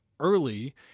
early